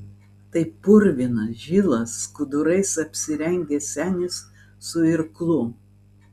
tai purvinas žilas skudurais apsirengęs senis su irklu